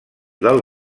del